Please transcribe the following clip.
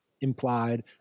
implied